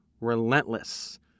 Relentless